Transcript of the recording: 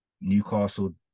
Newcastle